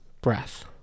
breath